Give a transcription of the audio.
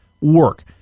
work